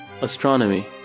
Astronomy